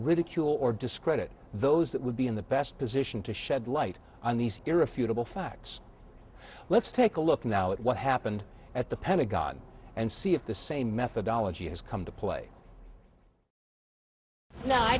ridicule or discredit those that would be in the best position to shed light on these irrefutable facts let's take a look now at what happened at the pentagon and see if the same methodology has come to play now i